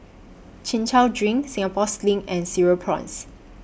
Chin Chow Drink Singapore Sling and Cereal Prawns